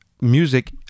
music